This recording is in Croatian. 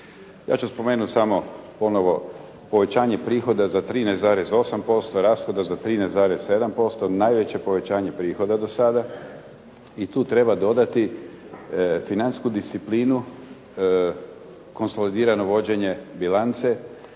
Ja ću spomenuti samo ponovo povećanje prihoda za 13,8%, rashoda za 13,7%, najveće povećanje prihoda do sada i tu treba dodati financijsku disciplinu konsolidirano vođenje bilance